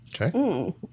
Okay